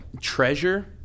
treasure